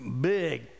big